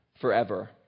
forever